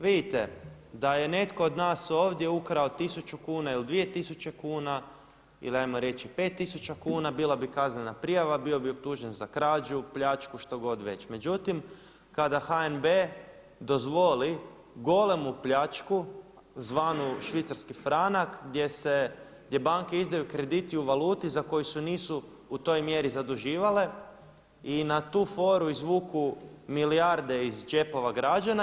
Vidite da je netko od nas ovdje ukrao 1000 kuna ili 2000 kuna ili ajmo reći 5000 kuna bila bi kaznena prijava, bio bi optužen za krađu, pljačku što god već, međutim kada HNB dozvoli golemu pljačku zvanu švicarski franak gdje banke izdaju kredit u valuti za koju se nisu u toj mjeri zaduživale i na tu foru izvuku milijarde iz džepova građana.